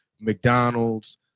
McDonald's